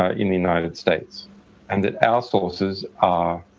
ah in the united states and that our sources are,